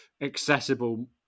accessible